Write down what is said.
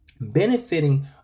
benefiting